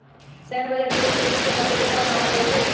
सैन्य बजट देश के रीढ़ के हड्डी के तरह मानल जा हई